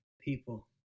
people